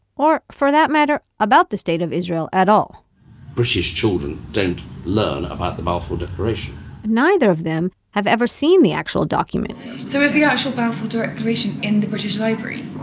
or for that matter, about the state of israel at all british children don't learn about the balfour declaration neither of them have ever seen the actual document so is the actual balfour declaration in the british library?